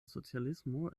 socialismo